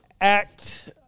act